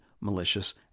malicious